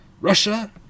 Russia